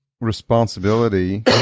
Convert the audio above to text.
responsibility